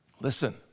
Listen